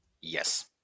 Yes